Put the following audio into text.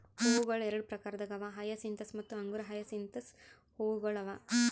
ಹೂವುಗೊಳ್ ಎರಡು ಪ್ರಕಾರದಾಗ್ ಅವಾ ಹಯಸಿಂತಸ್ ಮತ್ತ ಅಂಗುರ ಹಯಸಿಂತ್ ಹೂವುಗೊಳ್ ಅವಾ